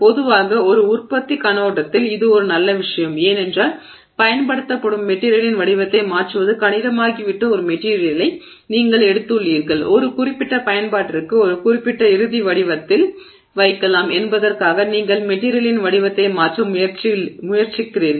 பொதுவாக ஒரு உற்பத்தி கண்ணோட்டத்தில் இது ஒரு நல்ல விஷயம் ஏனென்றால் பயன்படுத்தப்படும் மெட்டிரியலின் வடிவத்தை மாற்றுவது கடினமாகிவிட்ட ஒரு மெட்டிரியலை நீங்கள் எடுத்துள்ளீர்கள் ஒரு குறிப்பிட்ட பயன்பாட்டிற்கு ஒரு குறிப்பிட்ட இறுதி வடிவத்தில் வைக்கலாம் என்பதற்காக நீங்கள் மெட்டிரியலின் வடிவத்தை மாற்ற முயற்சிக்கிறீர்கள்